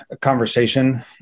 conversation